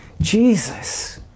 Jesus